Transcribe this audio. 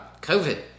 COVID